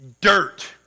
dirt